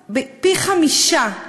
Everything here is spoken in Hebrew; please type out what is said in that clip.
פי-חמישה.